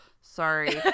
Sorry